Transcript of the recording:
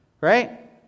Right